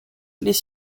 les